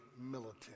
militant